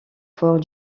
forts